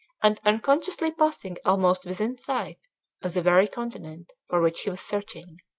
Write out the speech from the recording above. and unconsciously passing almost within sight of the very continent for which he was searching.